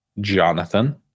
Jonathan